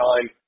time